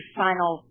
final